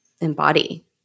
embody